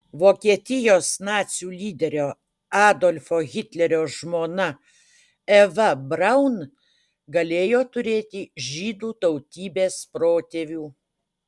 vokietijos nacių lyderio adolfo hitlerio žmona eva braun galėjo turėti žydų tautybės protėvių